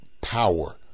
power